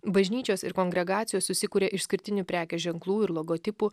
bažnyčios ir kongregacijos susikuria išskirtinių prekės ženklų ir logotipų